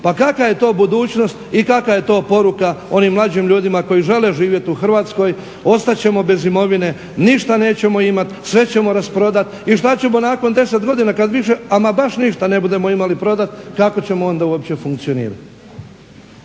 Pa kakva je to budućnost i kakva je to poruka onim mlađim ljudima koji žele živjeti u Hrvatskoj? Ostat ćemo bez imovine, ništa nećemo imati, sve ćemo rasprodati. I što ćemo nakon 10 godina kad više ama baš ništa ne budemo imali prodati, kako ćemo onda uopće funkcionirati?